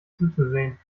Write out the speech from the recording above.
zuzusehen